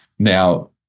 Now